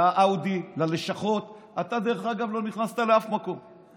לאאודי, ללשכות, אתה, דרך אגב, לא נכנסת לאף מקום.